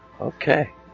Okay